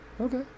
Okay